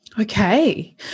Okay